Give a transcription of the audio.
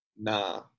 nah